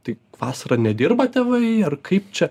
tai vasarą nedirba tėvai ar kaip čia